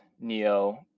Neo